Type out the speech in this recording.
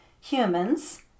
humans